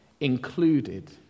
included